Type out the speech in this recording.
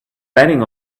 betting